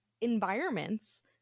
environments